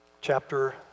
chapter